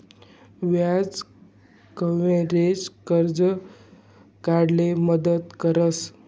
व्याज कव्हरेज, कर्ज काढाले मदत करस